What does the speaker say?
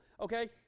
Okay